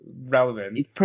relevant